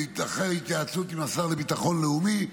לאחר התייעצות עם השר לביטחון לאומי,